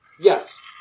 Yes